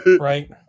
right